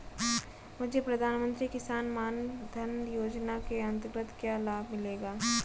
मुझे प्रधानमंत्री किसान मान धन योजना के अंतर्गत क्या लाभ मिलेगा?